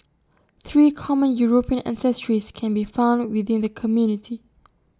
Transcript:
three common european ancestries can be found within the community